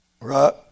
right